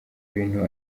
bintu